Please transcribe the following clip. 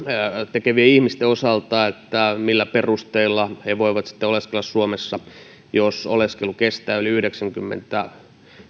tekevien ihmisten osalta sitä millä perusteella he voivat sitten oleskella suomessa jos oleskelu kestää yli yhdeksänkymmentä